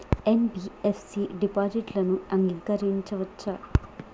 NBFC డిపాజిట్లను అంగీకరించవచ్చా?